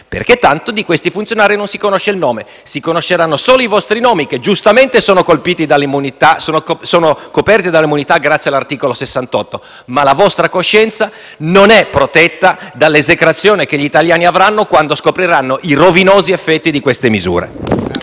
Tanto di questi funzionari non si conosce il nome. Si conosceranno solo i vostri nomi, che giustamente sono coperti dall'immunità, grazie all'articolo 68 della Costituzione; ma la vostra coscienza non è protetta dall'esecrazione che gli italiani avranno quando scopriranno i rovinosi effetti di queste misure.